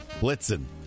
Blitzen